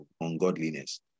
ungodliness